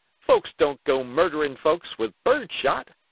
folks don't go murdering folks with bird shot.